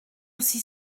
aussi